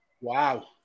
Wow